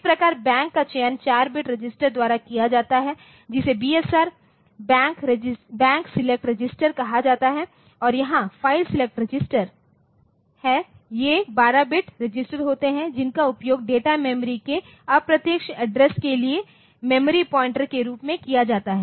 इस प्रकार बैंक का चयन 4 बिट रजिस्टर द्वारा किया जाता है जिसे बीएसआर बैंक सेलेक्ट रजिस्टर कहा जाता है और यहाँ फाइल सेलेक्ट रजिस्टर है ये 12 बिट रजिस्टर होते हैं जिनका उपयोग डेटा मेमोरी के अप्रत्यक्ष एड्रेस के लिए मेमोरी पॉइंटर्स के रूप में किया जाता है